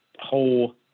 whole